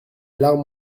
larmes